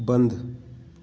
बंद